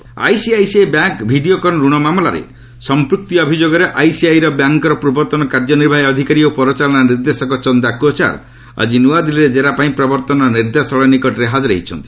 EC Kochhar ICICI bank Videocon ରଣ ମାମଲାରେ ସମ୍ପୃକ୍ତି ଅଭିଯୋଗରେ ଆଇସିଆଇସିଆଇ ବ୍ୟାଙ୍କ୍ର ପୂର୍ବତନ କାର୍ଯ୍ୟ ନିର୍ବାହୀ ଅଧିକାରୀ ଓ ପରିଚାଳନା ନିର୍ଦ୍ଦେଶକ ଚନ୍ଦାକୋଚାର ଆଜି ନ୍ତଆଦିଲ୍ଲୀରେ ଜେରା ପାଇଁ ପ୍ରବର୍ଭନ ନିର୍ଦ୍ଦେଶାଳୟ ନିକଟରେ ହାଜର ହୋଇଛନ୍ତି